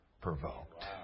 provoked